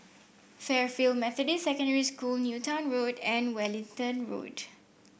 Fairfield Methodist Secondary School Newton Road and Wellington Road